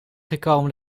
gekomen